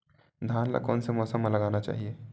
धान ल कोन से मौसम म लगाना चहिए?